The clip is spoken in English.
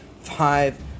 five